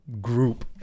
group